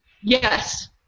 Yes